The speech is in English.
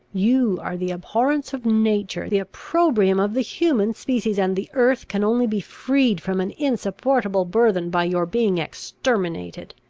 you are the abhorrence of nature, the opprobrium of the human species, and the earth can only be freed from an insupportable burthen by your being exterminated!